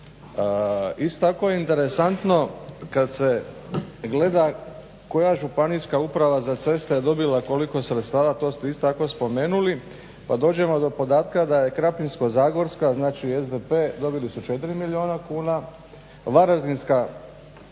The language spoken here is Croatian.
tako je interesantno kad se gleda koja županijska uprava za ceste je dobila koliko sredstava, to ste isto tako spomenuli, pa dođemo do podatka da je Krapinsko—zagorska, znači SDP dobili su 4 milijuna kuna, Varaždinska